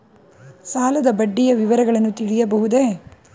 ಸಾಲದ ಬಡ್ಡಿಯ ವಿವರಗಳನ್ನು ತಿಳಿಯಬಹುದೇ?